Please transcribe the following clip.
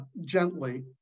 gently